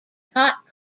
cot